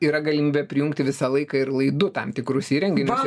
yra galimybė prijungti visą laiką ir laidu tam tikrus įrenginius